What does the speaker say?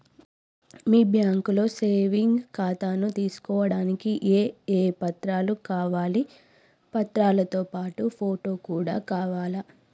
మీ బ్యాంకులో సేవింగ్ ఖాతాను తీసుకోవడానికి ఏ ఏ పత్రాలు కావాలి పత్రాలతో పాటు ఫోటో కూడా కావాలా?